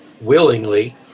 willingly